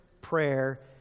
prayer